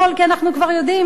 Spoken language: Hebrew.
כי אנחנו כבר יודעים: